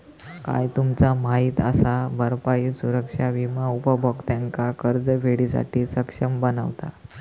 काय तुमचा माहित असा? भरपाई सुरक्षा विमा उपभोक्त्यांका कर्जफेडीसाठी सक्षम बनवता